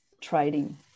trading